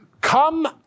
Come